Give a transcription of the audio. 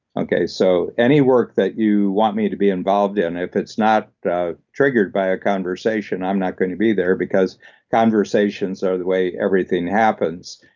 so any work that you want me to be involved in, if it's not triggered by a conversation, i'm not going to be there, because conversations are the way everything happens.